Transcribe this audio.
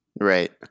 Right